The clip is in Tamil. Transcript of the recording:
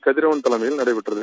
கதிரவன் தலைமையில் நடைபெற்றது